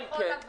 חוץ מכחול לבן.